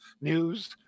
news